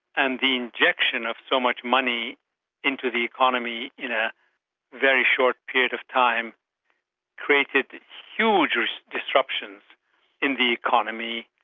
and the injection of so much money into the economy in a very short period of time created huge disruptions in the economy,